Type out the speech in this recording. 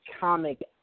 comic